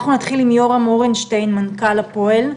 אנחנו נתחיל עם יורם אורנשטיין, מנכ"ל הפועל.